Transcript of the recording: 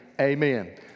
Amen